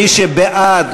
מי שבעד,